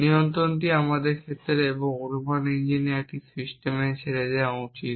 নিয়ন্ত্রণটি আমাদের ক্ষেত্রে এবং অনুমান ইঞ্জিনের একটি সিস্টেমে ছেড়ে দেওয়া উচিত